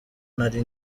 nari